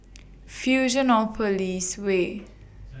Fusionopolis Way